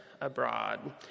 abroad